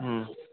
हम्म